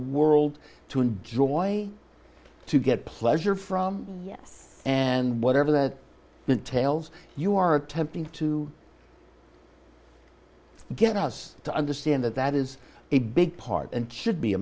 world to enjoy to get pleasure from yes and whatever that the tales you are attempting to get us to understand that that is a big part and should be a